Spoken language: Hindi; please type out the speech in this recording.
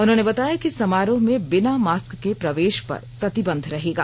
उन्होंने बताया कि समारोह में बिना मास्क के प्रवेश पर प्रतिबंध रहेगा